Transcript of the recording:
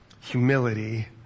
humility